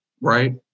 right